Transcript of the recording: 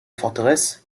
forteresse